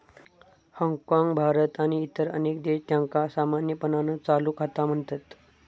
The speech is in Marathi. हाँगकाँग, भारत आणि इतर अनेक देश, त्यांका सामान्यपणान चालू खाता म्हणतत